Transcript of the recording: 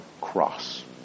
cross